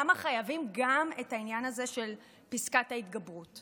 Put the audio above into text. למה חייבים גם את העניין הזה של פסקת ההתגברות?